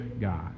God